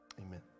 amen